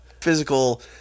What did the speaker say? physical